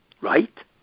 Right